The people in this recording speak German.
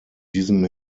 diesem